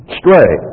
stray